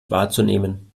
wahrzunehmen